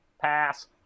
pass